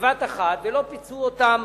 בבת-אחת ולא פיצו אותם